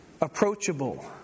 approachable